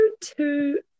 two